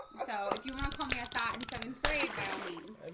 so if you wanna call me a thot in seventh grade by all means,